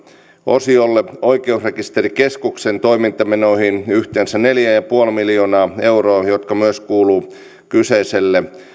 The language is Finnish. osiolle oikeusrekisterikeskuksen toimintamenoihin yhteensä neljä pilkku viisi miljoonaa euroa jotka myös kuuluvat kyseiselle